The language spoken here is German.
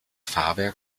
fahrwerk